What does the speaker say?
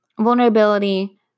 Vulnerability